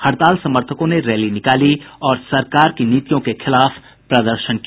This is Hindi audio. हड़ताल समर्थकों ने रैली निकाली और सरकार की नीतियों के खिलाफ प्रदर्शन किया